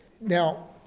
Now